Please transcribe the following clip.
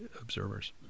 observers